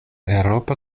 eŭropa